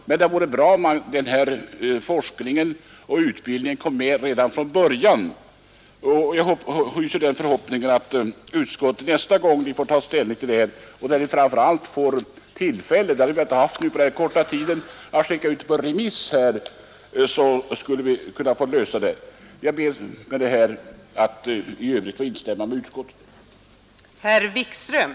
Men det vore bra om denna forskning och utbildning kommer med redan från början vid tekniska högskoleenheten i Luleå. Jag hyser den förhoppningen att detta ärende nästa gång kan bli föremål för remissbehandling så att utskottet får bättre möjligheter att ta ställning. Jag ber att i övrigt få instämma i utskottets förslag.